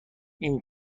این